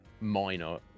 minor